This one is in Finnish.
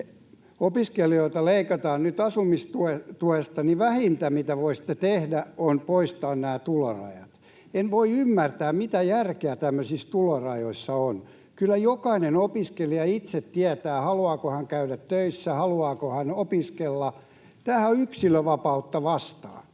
opiskelijoilta leikataan nyt asumistuesta, niin vähintä, mitä voisitte tehdä, on poistaa nämä tulorajat. En voi ymmärtää, mitä järkeä tämmöisissä tulorajoissa on. Kyllä jokainen opiskelija itse tietää, haluaako hän käydä töissä, haluaako hän opiskella. Tämähän on yksilönvapautta vastaan.